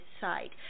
side